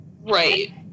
Right